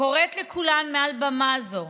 אני קוראת לכולן מעל במה זו: